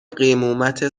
قیمومت